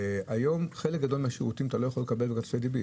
היום את חלק גדול מן השירותים אתה לא יכול לקבל בכרטיסי דביט.